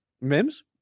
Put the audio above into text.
Mims